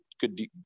good